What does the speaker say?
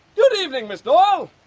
good evening, ms doyle!